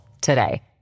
today